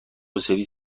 سفید